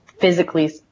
physically